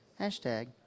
Hashtag